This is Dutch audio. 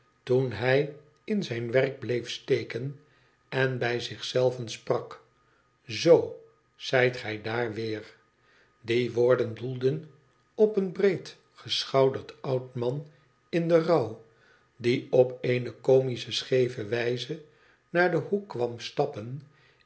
toen hij in zijn werk bleef steken en bij zich zei ven sprak izoo zijt gij daar weer die woorden doelden op een breed geschouderd oud man in den rouw die op eene comische schee ve wijze naar den hoek kwam stappen